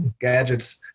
gadgets